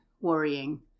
worrying